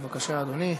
בבקשה, אדוני.